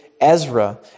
Ezra